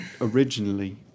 Originally